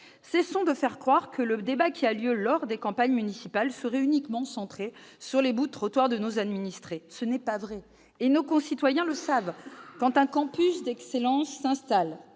Cessons de faire croire que le débat qui a lieu lors des campagnes municipales serait uniquement centré sur les « bouts de trottoir » de nos administrés. Ce n'est pas vrai, et nos concitoyens le savent : quand un campus d'excellence s'installe,